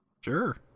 Sure